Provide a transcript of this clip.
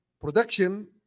Production